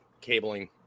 cabling